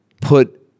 put